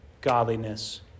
Godliness